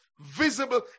Visible